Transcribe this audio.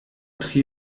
tri